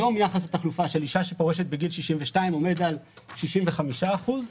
היום יחס התחלופה של אישה שפורשת בגיל 62 עומד על 65 אחוזים.